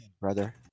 brother